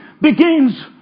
begins